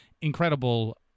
incredible